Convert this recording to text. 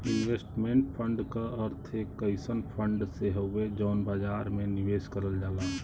investment fund क अर्थ एक अइसन फण्ड से हउवे जौन बाजार में निवेश करल जाला